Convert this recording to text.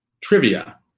trivia